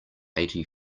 eighty